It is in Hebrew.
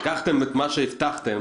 לקחתם את מה שהבטחתם